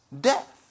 death